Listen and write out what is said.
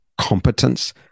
competence